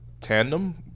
tandem